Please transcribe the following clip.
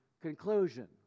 conclusion